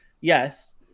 yes